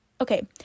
okay